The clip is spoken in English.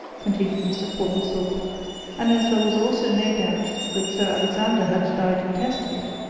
continued mr. portlethorpe and as there was also no doubt that sir alexander had died intestate,